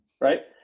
right